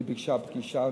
היא ביקשה פגישה,